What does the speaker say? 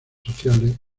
sociales